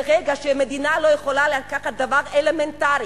ברגע שמדינה לא יכולה לקחת דבר אלמנטרי